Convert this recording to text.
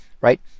Right